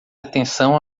atenção